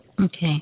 Okay